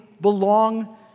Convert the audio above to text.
belong